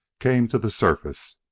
came to the surface.